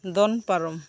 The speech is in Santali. ᱫᱚᱱ ᱯᱟᱨᱚᱢ